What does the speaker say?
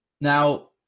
now